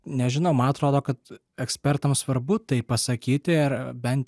nežinau man atrodo kad ekspertams svarbu tai pasakyti ar bent